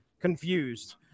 confused